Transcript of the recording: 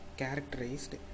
characterized